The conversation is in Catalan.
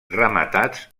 rematats